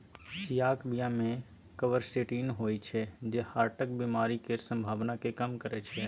चियाक बीया मे क्वरसेटीन होइ छै जे हार्टक बेमारी केर संभाबना केँ कम करय छै